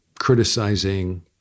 criticizing